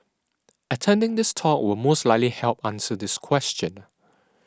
attending this talk will most likely help answer this question